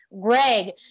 Greg